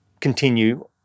continue